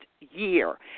year